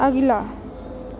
अगिला